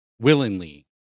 willingly